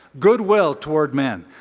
goodwill toward men.